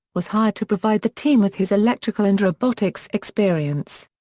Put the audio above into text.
was hired to provide the team with his electrical and robotics experience.